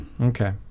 Okay